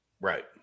Right